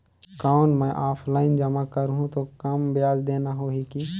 कौन मैं ऑफलाइन जमा करहूं तो कम ब्याज देना होही की?